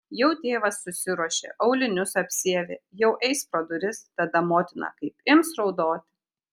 jau tėvas susiruošė aulinius apsiavė jau eis pro duris tada motina kaip ims raudoti